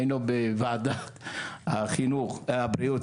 היינו בוועדת הבריאות,